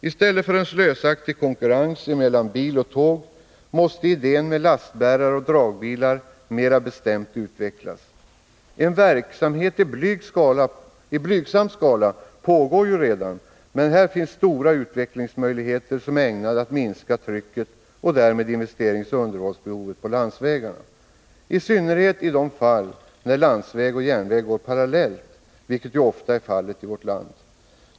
I stället för en slösaktig konkurrens mellan bil och tåg måste idén med lastbärare och dragbilar mera bestämt utvecklas. En verksamhet i blygsam skala pågår redan, men här finns stora utvecklingsmöjligheter som är ägnade att minska trycket och därmed investeringsoch underhållsbehovet på landsvägarna, i synnerhet i de fall landsväg och järnväg går parallellt, vilket ofta är fallet i vårt land.